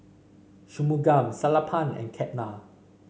Shunmugam Sellapan and Ketna